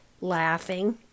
laughing